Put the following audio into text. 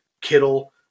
Kittle